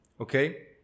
Okay